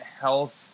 health